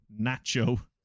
Nacho